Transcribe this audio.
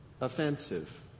offensive